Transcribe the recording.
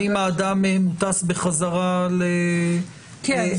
האם האדם טס בחזרה לארץ --- כן.